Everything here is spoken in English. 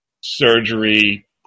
surgery